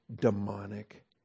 demonic